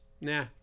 Nah